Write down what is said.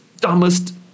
dumbest